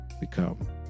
become